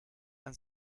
and